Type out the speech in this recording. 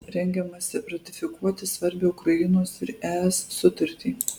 rengiamasi ratifikuoti svarbią ukrainos ir es sutartį